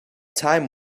time